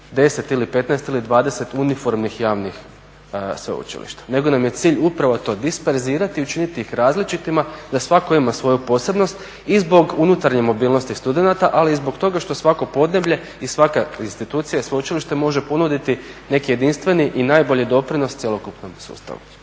10 ili 15 ili 20 uniformnih javnih sveučilišta nego nam je cilj upravo to disperzirati i učiniti ih različitima da svako ima svoju posebnost i zbog unutarnje mobilnosti studenata ali i zbog toga što svako podneblje i svaka institucija i sveučilište može ponuditi neki jedinstveni i najbolji doprinos cjelokupnom sustavu.